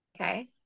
Okay